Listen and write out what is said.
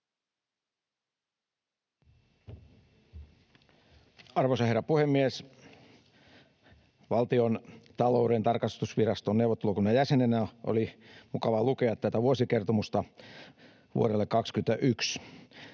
Arvoisa herra puhemies! Valtiontalouden tarkastusviraston neuvottelukunnan jäsenenä oli mukavaa lukea tätä vuosikertomusta vuodelle 21.